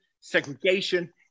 segregation